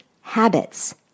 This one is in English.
habits